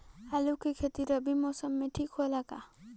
आलू के खेती रबी मौसम में ठीक होला का?